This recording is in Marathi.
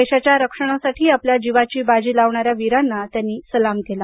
देशाच्या रक्षणासाठी आपल्या जीवाची बाजी लावणाऱ्या वीरांना त्यांनी सलाम केला